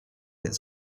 its